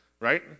right